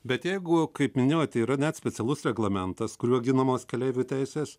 bet jeigu kaip minėjote yra net specialus reglamentas kuriuo ginamos keleivių teisės